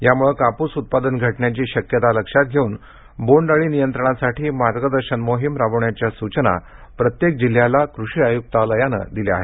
यामुळे कापूस उत्पादन घटण्याची शक्यता लक्षात घेऊन बोन्ड अळी नियंत्रणासाठी मार्गदर्शन मोहीम राबविण्याच्या सूचना प्रत्येक जिल्ह्याला कृषी आयुक्तालयानं दिल्या आहेत